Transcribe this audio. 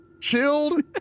chilled